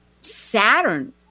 Saturn